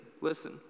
listen